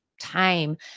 time